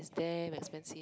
damn expensive